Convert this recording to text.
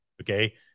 Okay